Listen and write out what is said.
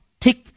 tick